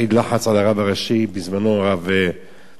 בזמנו הרב מצגר יונה,